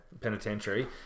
penitentiary